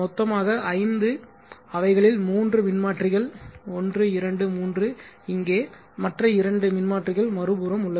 மொத்தமாக ஐந்து அவைகளில் 3 மின்மாற்றிகள் 1 2 3 இங்கே மற்றும் மற்ற 2 மின்மாற்றிகள் மறுபுறம் உள்ளது